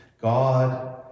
God